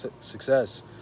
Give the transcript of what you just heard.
success